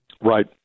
Right